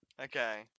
Okay